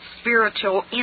spiritual